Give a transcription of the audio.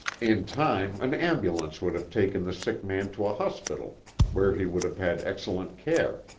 in time an ambulance would have taken the sick man to a hospital where he would have had excellent care.